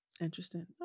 Interesting